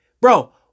Bro